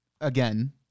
Again